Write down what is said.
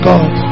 God